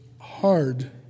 hard